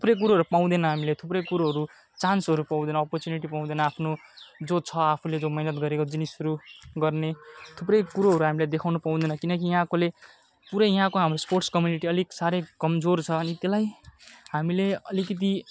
थुप्रै कुरोहरू पाउँदैन हामीले थुप्रै कुरोहरू चान्सहरू पाउँदैन अपर्च्युनिटी पाउँदैन आफ्नो जो छ आफूले जो मेहनत गरेको जिनिसहरू गर्ने थुप्रै कुरोहरू हामीले देखाउन पाउँदैन किनकि यहाँकोले पुरै यहाँको हाम्रो स्पोर्टस कम्युनिटी अलिक साह्रै कमजोर छ अनि त्यसलाई हामीले अलिकति